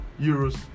euros